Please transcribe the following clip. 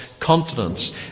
continents